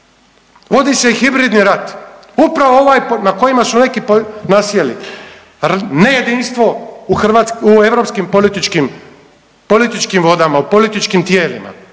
Vodi se i hibridni rat upravo ovaj na kojima su neki nasjeli nejedinstvo u europskim političkim vodama, političkim tijelima,